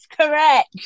correct